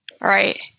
Right